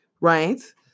right